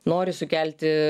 nori sukelti